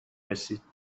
رسید